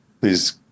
please